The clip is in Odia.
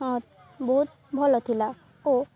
ହଁ ବହୁତ ଭଲ ଥିଲା ଓ